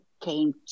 came